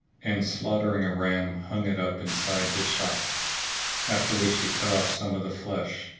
and slaughtering a ram hung it up inside his shop after which he cut off some of the flesh,